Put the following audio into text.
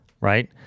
right